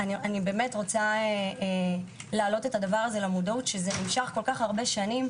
אני באמת רוצה להעלות למודעות שזה נמשך כל כך הרבה שנים,